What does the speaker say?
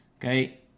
Okay